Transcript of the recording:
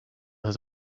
his